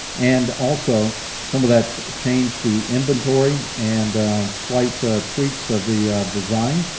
and also some of that change to inventory, and slight tweaks of the design,